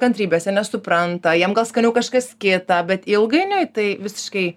kantrybės jie nesupranta jiem gal skaniau kažkas kita bet ilgainiui tai visiškai